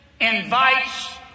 invites